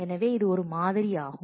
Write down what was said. எனவே இது ஒரு மாதிரியாகும்